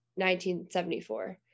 1974